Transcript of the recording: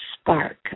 spark